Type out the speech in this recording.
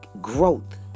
growth